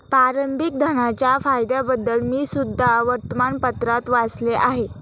प्रारंभिक धनाच्या फायद्यांबद्दल मी सुद्धा वर्तमानपत्रात वाचले आहे